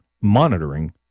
monitoring